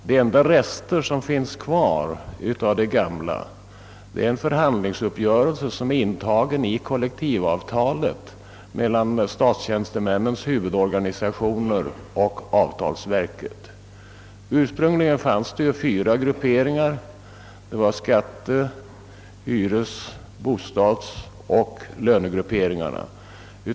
De enda rester som finns kvar av det gamla är en förhandlingsuppgörelse som är intagen i kollektivavtalet mellan statstjänstemännens huvudorganisationer och avtalsverket. Ursprungligen fanns fyra grupperingar: skatte-, hyres-, bostadsoch lönegrupperingarna.